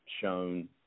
shown